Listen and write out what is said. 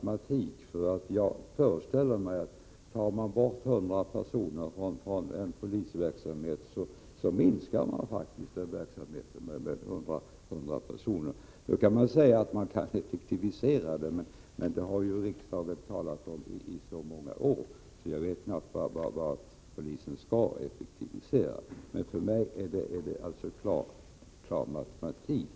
Jag föreställer mig att om man tar bort 100 personer från en polisverksamhet, kommer verksamheten faktiskt att minska med 100 personer. Man kan säga att verksamheten skall effektiviseras, men det har man i riksdagen talat om i så många år att jag knappast längre kan föreställa mig var polisen nu skall kunna effektiviseras. För mig är detta en fråga om ren matematik.